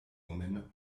woman